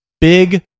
big